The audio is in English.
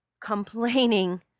complaining